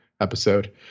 episode